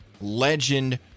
legend